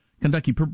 Kentucky